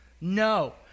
No